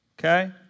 okay